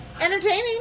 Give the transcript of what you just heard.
entertaining